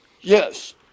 Yes